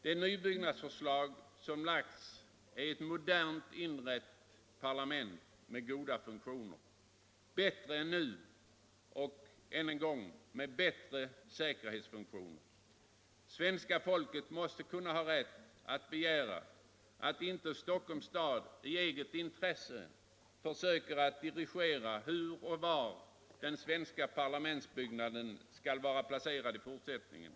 Det ombyggnadsförslag som lagts innebär ett modernt inrett parlament med goda funktioner — bättre än nu och med bättre säkerhetsfunktioner. Svenska folket måste kunna ha rätt att begära att inte Stockholms kommun i eget intresse försöker dirigera hur och var den svenska parlamentsbyggnaden skall vara placerad i fortsättningen.